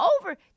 Over